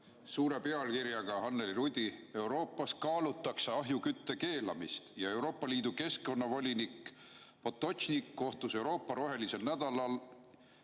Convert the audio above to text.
suure pealkirjaga "Euroopas kaalutakse ahjukütte keelamist": "Euroopa Liidu keskkonnavolinik Janez Potočnik kohtus Euroopa rohelisel nädalal